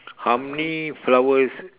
how many flowers